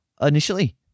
initially